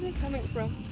coming from?